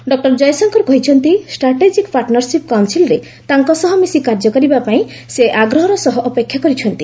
doctor Jaishankar କହିଛନ୍ତି strategic partnership କାଉନ୍ସିଲ୍ରେ ତାଙ୍କ ସହ ମିଶି କାର୍ଯ୍ୟ କରିବା ପାଇଁ ସେ ଆଗହର ସହ ଅପେକ୍ଷା କରିଛନ୍ତି